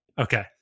Okay